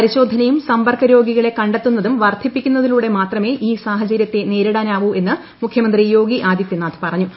പരിശോധനയും സമ്പർക്ക രോഗികളെ കണ്ടെത്തുന്നതും വർധിപ്പിക്കുന്നതിലൂടെ മാത്രമേ ഈ സാഹചരൃത്തെ നേരിടാനാവൂ എന്ന് മുഖ്യമന്ത്രി യോഗി ആദിത്യ നാഥ് പറഞ്ഞു